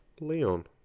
Leon